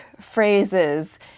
phrases